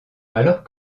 alors